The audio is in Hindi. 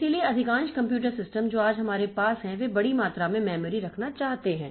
इसलिए अधिकांश कंप्यूटर सिस्टम जो आज हमारे पास हैं वे बड़ी मात्रा में मेमोरी रखना चाहते हैं